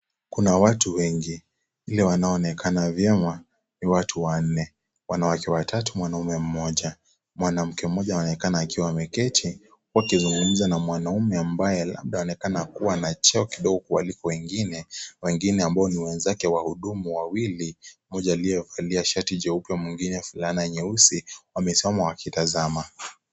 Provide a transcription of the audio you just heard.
Kuna watu wengi ila wanaoonekana vyema ni watu wanne, wanawake watatu, mwanaume mmoja. Mwanamke mmoja anaonekana akiwa ameketi huku akizungumza na mwanamme ambaye anonekana kuwa na cheo kidogo kuliko wengine. Wengine ambao ni wenzake wa hudumu wawili ,mmoja aliyevalia shati jeupe, mwingine fulana nyeusi, wamesimama wakitazama.